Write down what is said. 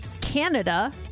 Canada